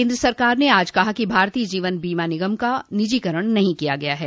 केन्द्र सरकार ने आज कहा कि भारतीय जीवन बीमा निगम का निजीकरण नहीं किया गया है